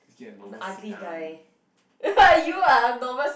let's get a normal sedan